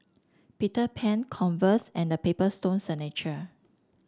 Peter Pan Converse and The Paper Stone Signature